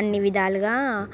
అన్ని విధాలుగా